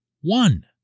one